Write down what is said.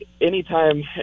anytime